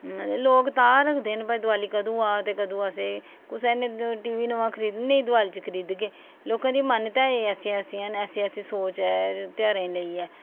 लोग तां रखदे न भाई दवाली कदूं आ ते कदूं अस कुसै नै टी बी नमां खरीदना नेईं दवाली च गै खरीद गै लोकां दी मानतां ऐसी ऐसियां न ऐसी ऐसी सोच ऐ धेयारें लेइयै अते